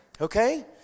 okay